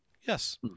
Yes